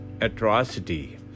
atrocity